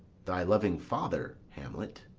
thy loving father, hamlet.